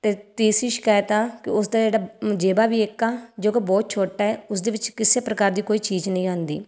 ਅਤੇ ਤੀਸਰੀ ਸ਼ਿਕਾਇਤ ਆ ਕਿ ਉਸਦਾ ਜਿਹੜੀ ਜੇਬ ਵੀ ਇੱਕ ਆ ਜੋ ਕਿ ਬਹੁਤ ਛੋਟੀ ਹੈ ਉਸਦੇ ਵਿੱਚ ਕਿਸੇ ਪ੍ਰਕਾਰ ਦੀ ਕੋਈ ਚੀਜ਼ ਨਹੀਂ ਆਉਂਦੀ